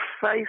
face